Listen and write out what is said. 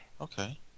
Okay